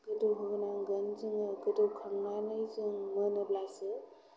गोदौ होनांगोन जोङो गोदौखांनानै जों मोनोब्लासो